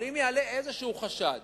אבל אם יעלה איזה חשד